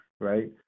right